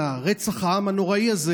מרצח העם הנוראי הזה